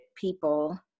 people